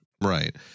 Right